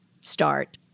start